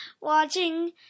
Watching